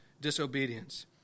disobedience